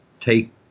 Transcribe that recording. take